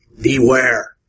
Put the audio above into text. beware